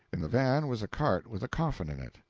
in the van was a cart with a coffin in it,